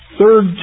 third